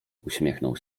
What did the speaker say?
uśmiechnął